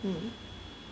mm